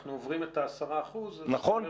אנחנו עוברים את ה-10% אז --- נכון.